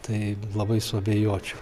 tai labai suabejočiau